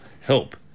help